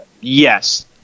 Yes